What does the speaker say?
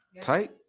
Tight